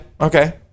okay